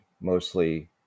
mostly